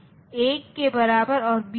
circuit जो previous state को याद नहीं रखता है